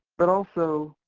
but also,